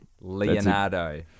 Leonardo